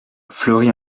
fleury